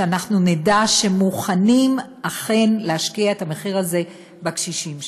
ואנחנו נדע שמוכנים אכן להשקיע את המחיר הזה בקשישים שלנו.